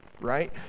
right